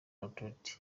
authority